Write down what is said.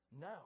no